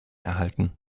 erhalten